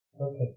Okay